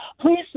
please